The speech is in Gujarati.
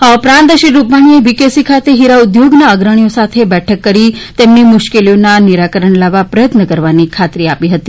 આ ઉપરાંત શ્રી રૂપાણીએ બીકેસી ખાતે હીરા ઉદ્યોગના અગ્રણીઓ સાથે બેઠક કરી તેમની મુશ્કેલીઓના નિરાકરણ લાવવા પ્રયત્ન કરવાની ખાત્રી આપી હતી